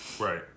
Right